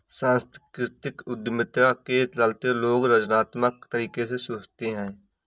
सांस्कृतिक उद्यमिता के चलते लोग रचनात्मक तरीके से सोचते हैं